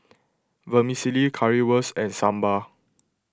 Vermicelli Currywurst and Sambar